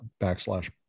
backslash